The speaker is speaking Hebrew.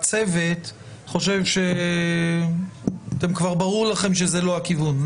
שהצוות חושב שכבר ברור לכם שזה לא הכיוון.